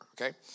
okay